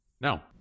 No